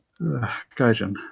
Gaijin